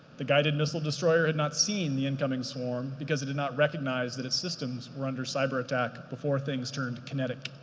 the guided missile destroyer had not seen the incoming swarm because it did not recognize that its systems were under cyber attack before things turned kinetic.